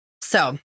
So-